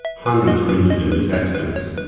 hundreds were injured in these accidents.